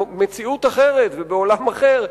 במציאות אחרת ובעולם אחר,